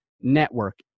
network